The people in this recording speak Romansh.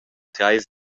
treis